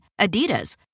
Adidas